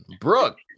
Brooke